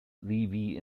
levy